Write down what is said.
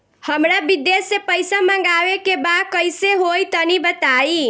हमरा विदेश से पईसा मंगावे के बा कइसे होई तनि बताई?